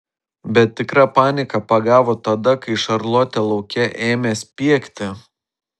bet tikra panika pagavo tada kai šarlotė lauke ėmė spiegti